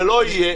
ולא יהיה